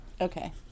Okay